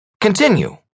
Continue